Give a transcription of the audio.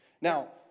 Now